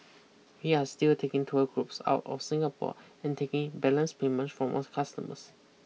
we are still taking tour groups out of Singapore and taking in balance payments from our customers